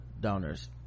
donors